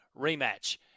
rematch